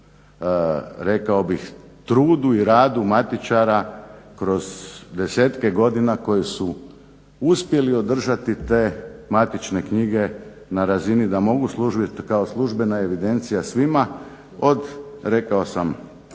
rekao bih trudu i radu matičara kroz desetke godina koji su uspjeli održati te matične knjige na razini da mogu služit kao službena evidencija svima, od rekao sam